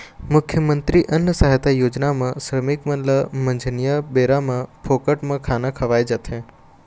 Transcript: मुख्यमंतरी अन्न सहायता योजना म श्रमिक मन ल मंझनिया बेरा म फोकट म खाना खवाए जाथे